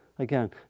Again